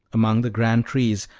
among the grand trees,